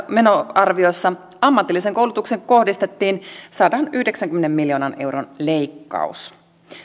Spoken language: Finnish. menoarviossa ammatilliseen koulutukseen kohdistettiin sadanyhdeksänkymmenen miljoonan euron leikkaus